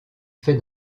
fait